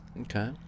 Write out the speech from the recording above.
Okay